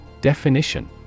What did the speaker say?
Definition